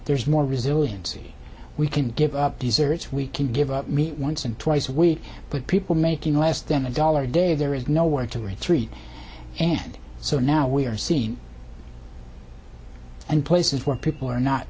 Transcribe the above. there's more resiliency we can give up desserts we can give up meat once and twice a week but people making less than a dollar a day there is no way to retreat and so now we are seen and places where people are not